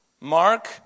Mark